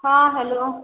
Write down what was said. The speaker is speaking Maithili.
हँ हेलो